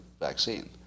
vaccine